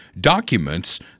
documents